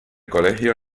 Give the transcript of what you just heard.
colegio